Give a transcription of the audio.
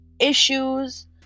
issues